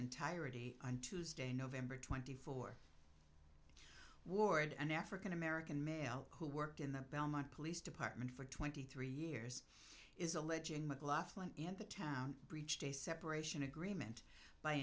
entirety on tuesday nov twenty fourth ward an african american male who worked in the belmont police department for twenty three years is alleging mclaughlin and the town breached a separation agreement by